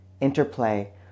interplay